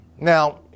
Now